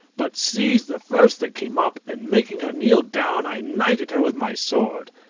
but seized the first that came up, and making her kneel down i knighted her with my sword,